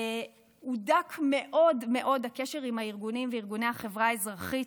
הודק מאוד מאוד הקשר עם הארגונים ועם ארגוני החברה האזרחית.